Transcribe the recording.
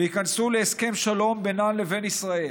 וייכנסו להסכם שלום בינן לבין ישראל